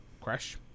crash